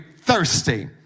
thirsty